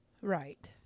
right